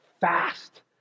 Fast